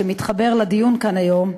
ושמתחבר לדיון כאן היום,